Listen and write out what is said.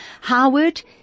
Howard